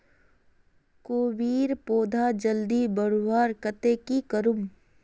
कोबीर पौधा जल्दी बढ़वार केते की करूम?